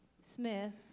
Smith